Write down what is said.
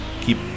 keep